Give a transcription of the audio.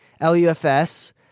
LUFS